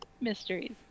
mysteries